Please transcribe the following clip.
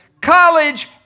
college